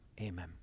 Amen